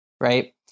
right